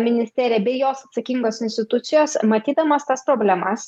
ministerija bei jos atsakingos institucijos matydamos tas problemas